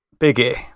Biggie